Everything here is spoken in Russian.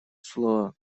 слово